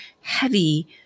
heavy